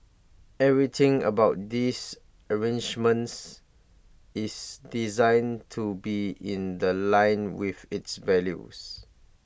everything about these arrangements is designed to be in The Line with its values